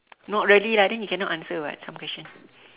not really lah I think you cannot answer [what] some question